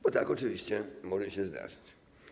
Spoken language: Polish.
Bo tak oczywiście może się zdarzyć.